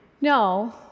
No